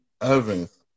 Evans